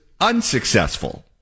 unsuccessful